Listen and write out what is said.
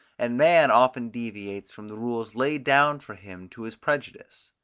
and man often deviates from the rules laid down for him to his prejudice.